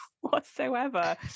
whatsoever